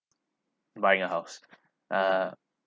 buying a house uh